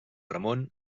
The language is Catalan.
ramon